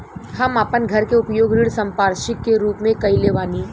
हम आपन घर के उपयोग ऋण संपार्श्विक के रूप में कइले बानी